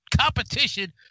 competition